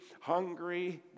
hungry